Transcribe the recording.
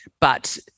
But-